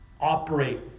operate